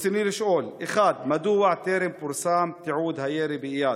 רצוני לשאול: 1. מדוע טרם פורסם תיעוד הירי באיאד?